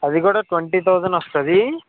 అది కూడ twenty thousand వస్తుంది